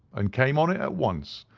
and came on it at once.